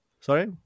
Sorry